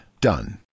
Done